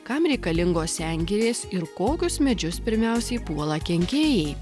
kam reikalingos sengirės ir kokius medžius pirmiausiai puola kenkėjai